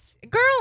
Girl